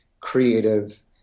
creative